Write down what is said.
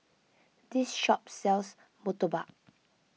this shop sells Murtabak